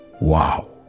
Wow